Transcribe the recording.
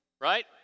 right